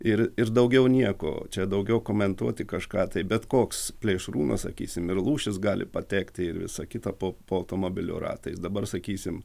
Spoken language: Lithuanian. ir ir daugiau nieko čia daugiau komentuoti kažką tai bet koks plėšrūnas sakysim ir lūšis gali patekti ir visa kita po po automobilio ratais dabar sakysim